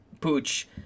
Pooch